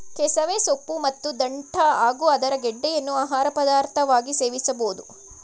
ಕೆಸವೆ ಸೊಪ್ಪು ಮತ್ತು ದಂಟ್ಟ ಹಾಗೂ ಅದರ ಗೆಡ್ಡೆಯನ್ನು ಆಹಾರ ಪದಾರ್ಥವಾಗಿ ಸೇವಿಸಬೋದು